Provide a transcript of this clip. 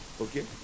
Okay